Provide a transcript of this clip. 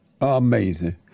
Amazing